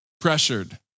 pressured